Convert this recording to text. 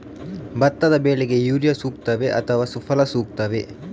ಭತ್ತದ ಬೆಳೆಗೆ ಯೂರಿಯಾ ಸೂಕ್ತವೇ ಅಥವಾ ಸುಫಲ ಸೂಕ್ತವೇ?